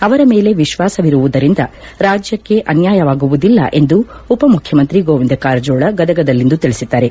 ಅವರ ಮೇಲೆ ವಿಶ್ವಾಸವಿರುವುದರಿಂದ ರಾಜ್ಯಕ್ಷೆ ಅನ್ಯಾಯವಾಗುವುದಿಲ್ಲ ಎಂದು ಉಪ ಮುಖ್ಯಮಂತ್ರಿ ಗೋವಿಂದ್ ಕಾರಜೋಳ ಗದಗದಲ್ಲಿಂದು ತಿಳಿಸಿದ್ದಾರೆ